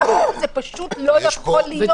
אדוני, זה פשוט לא יכול להיות.